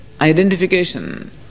identification